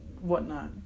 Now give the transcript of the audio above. whatnot